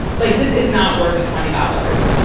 like this is not worth a twenty dollars.